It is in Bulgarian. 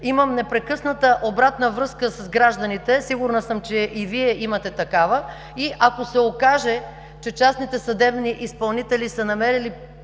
Имам непрекъсната обратна връзка с гражданите. Сигурна съм, че и Вие имате такава, и ако се окаже, че частните съдебни изпълнители са намери